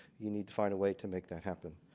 you need to find a way to make that happen.